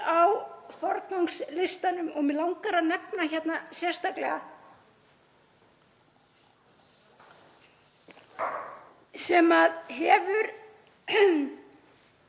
á forgangslistanum og mig langar að nefna hérna sérstaklega sem hefur